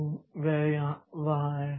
तो वह वहाँ है